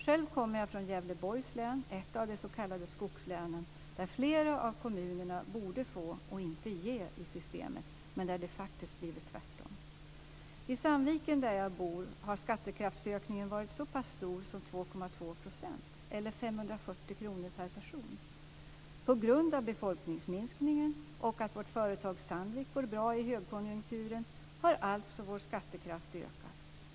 Själv kommer jag från Gävleborgs län, ett av de s.k. skogslänen, där flera av kommunerna borde få och inte ge i systemet, men där det blivit tvärtom. I Sandviken, där jag bor, har skattekraftsökningen varit så pass stor som 2,2 %, eller 540 kr per person. På grund av befolkningsminskningen och att vårt företag Sandvik går bra i högkonjunkturen har alltså vår skattekraft ökat.